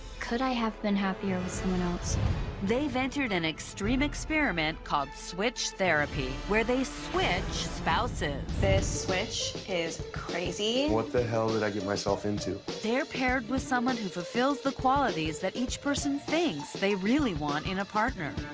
could i have been happier with someone else? narrator they've entered an extreme experiment called switch therapy, where they switch spouses. this switch is crazy. what the hell did i get myself into? narrator they're paired with someone who fulfills the qualities that each person thinks they really want in a partner.